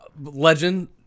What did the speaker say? legend